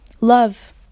love